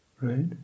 right